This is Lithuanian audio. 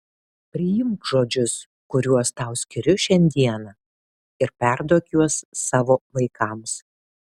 priimk žodžius kuriuos tau skiriu šiandieną ir perduok juos savo vaikams